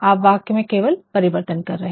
आप वाक्य में केवल परिवर्तन कर रहे है